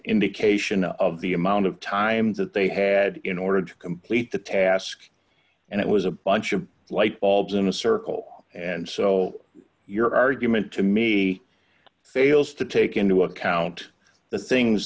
indication of the amount of time that they had in order to complete the task and it was a bunch of lightbulbs in a circle and so your argument to me fails to take into account the things